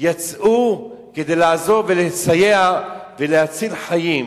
יצאו כדי לעזור ולסייע ולהציל חיים.